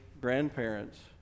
grandparents